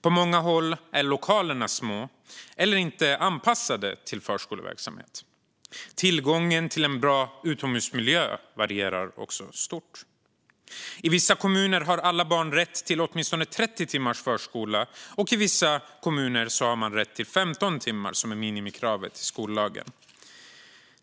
På många håll är lokalerna små eller inte anpassade till förskoleverksamhet. Tillgången till en bra utomhusmiljö varierar också stort. I vissa kommuner har alla barn rätt till åtminstone 30 timmars förskola, och i vissa kommuner har man rätt till 15, som är minimikravet i skollagen.